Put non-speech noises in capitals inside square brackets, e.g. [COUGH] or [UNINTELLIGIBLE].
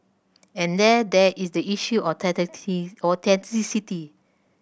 and then there is the issue of [UNINTELLIGIBLE] of authenticity